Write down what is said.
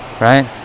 right